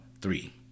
three